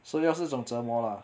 so 那是一种折磨 lah